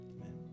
Amen